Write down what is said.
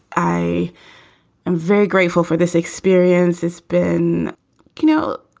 i am very grateful for this experience. it's been you know,